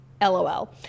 LOL